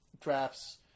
drafts